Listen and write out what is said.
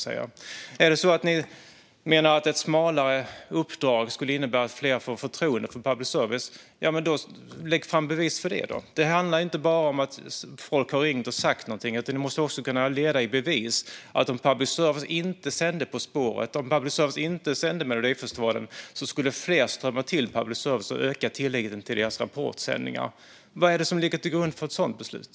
Om ni menar att ett smalare uppdrag skulle innebära att fler får förtroende för public service så lägg fram bevis för det! Det handlar inte bara om att folk har ringt och sagt någonting, utan ni måste också kunna leda i bevis att om public service inte sände På spåret och Melodifestivalen skulle fler strömma till public service och tilliten öka till deras sändningar av Rapport. Vad ligger till grund för ett sådant beslut?